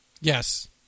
Yes